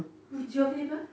G O V ni apa